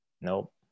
nope